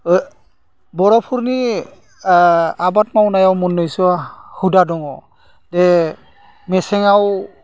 बर'फोरनि आबाद मावनायाव मोन्नैसो हुदा दङ दे मेसेङाव